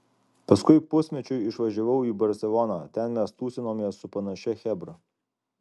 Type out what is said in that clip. paskui pusmečiui išvažiavau į barseloną ten mes tūsinomės su panašia chebra